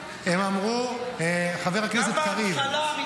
גם בהתחלה,